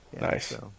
nice